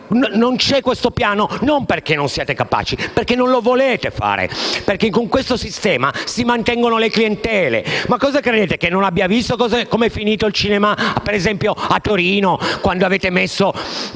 non c'è questo piano e non perché non siete capaci ma perché non lo volete fare, perché con questo sistema si mantengono le clientele. Cosa credete, che non abbia visto com'è finito il cinema, ad esempio, a Torino quando avete messo